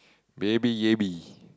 baby yabby